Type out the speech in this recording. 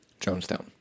Jonestown